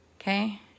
Okay